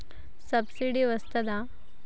Subsidy వస్తదా?